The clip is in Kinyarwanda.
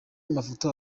mafoto